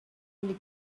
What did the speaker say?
mille